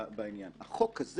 החוק הזה